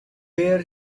wear